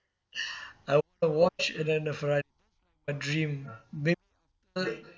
a watch and then a Ferrari a dream maybe